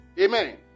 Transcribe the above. Amen